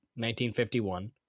1951